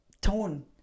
tone